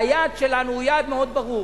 והיעד שלנו הוא יעד מאוד ברור: